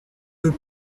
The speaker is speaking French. peux